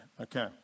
Okay